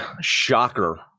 shocker